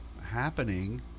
happening